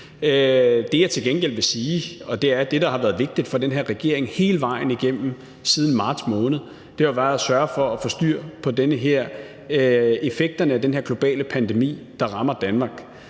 Det, jeg til gengæld vil sige, er, at det, der har været vigtigt for den her regering hele vejen igennem siden marts måned, har været at sørge for at få styr på effekterne af den her globale pandemi, der rammer Danmark.